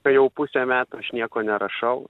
tai jau pusę metų aš nieko nerašau